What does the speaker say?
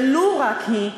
ולו רק היא,